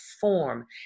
form